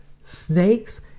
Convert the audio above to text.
snakes